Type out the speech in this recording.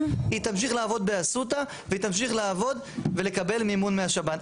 והיא תמשיך לעבוד ולקבל מימון מהשב"ן.